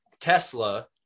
tesla